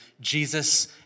Jesus